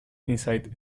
inside